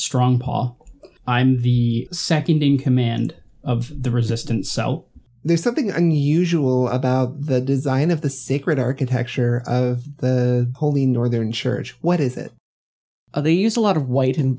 strong paul i'm the second in command of the resistance so there's something unusual about the design of the sacred architecture of the holy northern church what is it they use a lot of white and